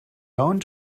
owned